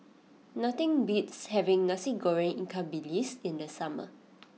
nothing beats having Nasi Goreng Ikan Bilis in the summer